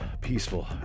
peaceful